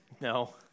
No